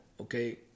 okay